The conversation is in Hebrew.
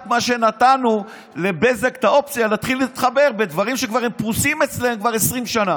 רק נתנו לבזק את האופציה להתחיל להתחבר לדברים שכבר פרוסים אצלם 20 שנה.